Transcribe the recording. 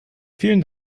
vielen